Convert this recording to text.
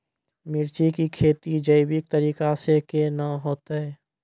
मिर्ची की खेती जैविक तरीका से के ना होते?